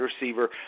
receiver